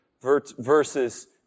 versus